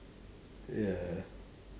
ya